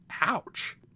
Ouch